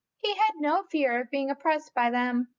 he had no fear of being oppressed by them,